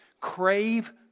crave